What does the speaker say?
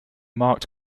marked